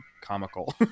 comical